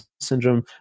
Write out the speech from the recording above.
syndrome